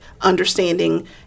understanding